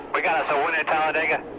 we got us a win at talladega.